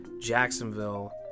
Jacksonville